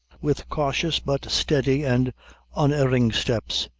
with cautious, but steady and unerring steps,